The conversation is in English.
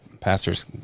pastor's